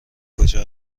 کجا